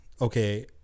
okay